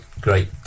great